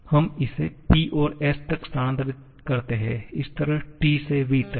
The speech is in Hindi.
हम इसे P से s तक स्थानांतरित करते हैं इसी तरह T से v तक